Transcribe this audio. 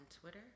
Twitter